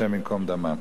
השם ייקום דמם.